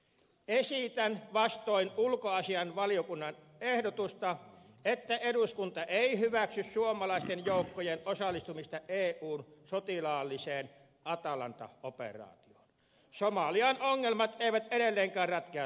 eduskunta ei vastoin ulkoasiainvaliokunnan ehdotusta hyväksy suomalaisten joukkojen osallistumista eun sotilaalliseen atalanta operaatioon somalian ongelmat eivät edelleenkään ratkea sotalaivoilla